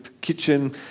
kitchen